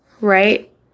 right